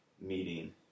meeting